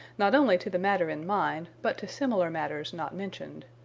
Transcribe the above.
not only to the matter in mind, but to similar matters not mentioned.